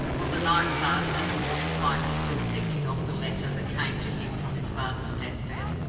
will the night pass, and the morning find me still thinking of the letter that came to him from his father's deathbed?